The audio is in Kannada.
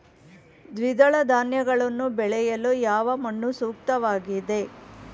ದ್ವಿದಳ ಧಾನ್ಯಗಳನ್ನು ಬೆಳೆಯಲು ಯಾವ ಮಣ್ಣು ಸೂಕ್ತವಾಗಿದೆ?